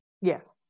yes